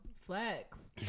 flex